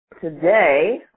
today